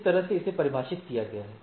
इस तरह से इसे परिभाषित किया गया है